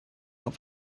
auf